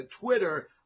Twitter